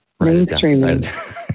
mainstreaming